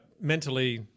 mentally